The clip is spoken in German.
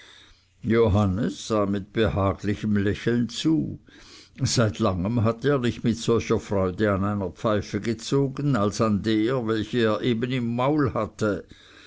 johannes sah mit behaglichem lächeln zu seit langem hatte er nicht mit solcher freude an einer pfeife gezogen als an der welche er eben im maul hatte